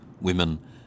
women